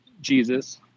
Jesus